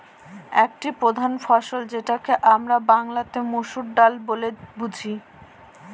একটি প্রধান ফসল যেটাকে আমরা বাংলাতে মসুর ডাল বলে বুঝি